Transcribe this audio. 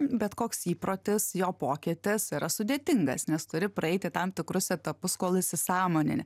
bet koks įprotis jo pokytis yra sudėtingas nes turi praeiti tam tikrus etapus kol įsisąmonini